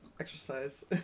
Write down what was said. exercise